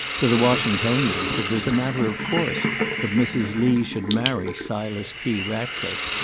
to the washingtonians it was a matter of course that mrs lee should marry silas p. ratcliffe.